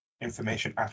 information